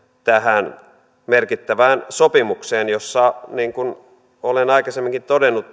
tähän merkittävään sopimukseen jossa niin kuin olen aikaisemminkin todennut